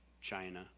China